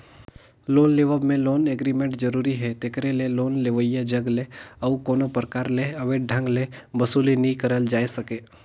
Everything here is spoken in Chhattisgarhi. लोन लेवब में लोन एग्रीमेंट जरूरी हे तेकरे ले लोन लेवइया जग ले अउ कोनो परकार ले अवैध ढंग ले बसूली नी करल जाए सके